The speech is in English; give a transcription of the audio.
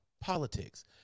politics